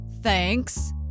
Thanks